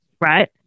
right